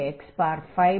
1x52 21x121x